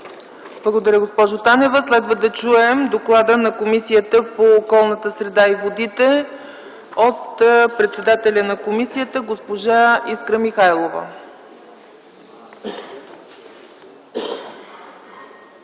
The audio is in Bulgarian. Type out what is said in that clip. Благодаря, госпожо Танева. Следва да чуем доклада на Комисията по околната среда и водите от председателя на комисията госпожа Искра Михайлова.